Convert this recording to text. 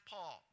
Paul